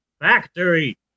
factory